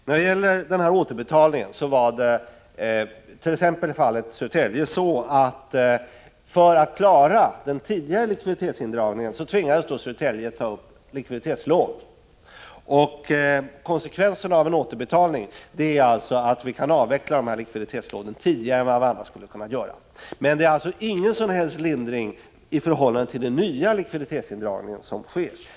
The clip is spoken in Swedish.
Herr talman! Beträffande återbetalningen var det t.ex. i fallet Södertälje på detta sätt: För att klara den tidigare likviditetsindragningen tvingades Södertälje att ta ett likviditetslån. Konsekvenserna av en återbetalning är att vi kan avveckla likviditetslånen tidigare än vad vi annars hade kunnat göra. Men den innebär alltså ingen som helst lindring i förhållande till den nya likviditetsindragning som sker.